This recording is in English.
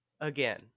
Again